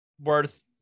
worth